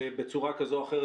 ובצורה כזו או אחרת,